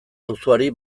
auzoari